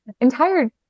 entire